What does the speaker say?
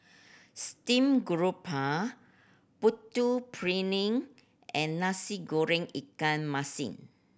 steamed garoupa Putu Piring and Nasi Goreng ikan masin